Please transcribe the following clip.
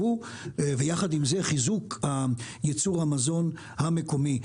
ובכל הנוגע לחיזוק ייצור המזון המקומי.